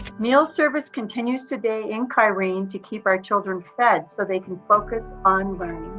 meal service continues today in kyrene to keep our children fed so they can focus on learning.